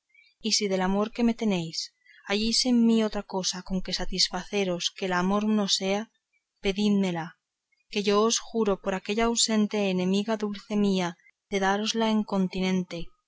y si del amor que me tenéis halláis en mí otra cosa con que satisfaceros que el mismo amor no sea pedídmela que yo os juro por aquella ausente enemiga dulce mía de dárosla en